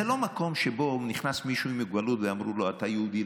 זה לא מקום שבו נכנס מישהו עם מוגבלות ואמרו לו: אתה יהודי,